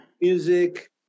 music